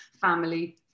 family